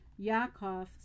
Yaakov